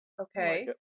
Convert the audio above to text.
Okay